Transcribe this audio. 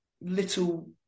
little